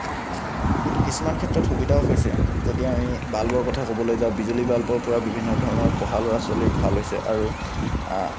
কিন্তু কিছুমান ক্ষেত্ৰত সুবিধাও হৈছে যদি আমি বাল্বৰ কথা ক'বলৈ যাওঁ বিজুলী বাল্বৰ পৰা বিভিন্ন ধৰণৰ পঢ়া ল'ৰা ছোৱালীৰ ভাল হৈছে আৰু